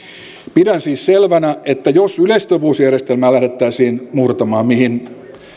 pidän siis selvänä että jos yleissitovuusjärjestelmää lähdettäisiin murtamaan mihin